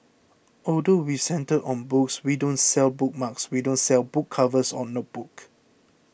although we centred on books we don't sell bookmarks we don't sell book covers or notebooks